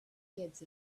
kids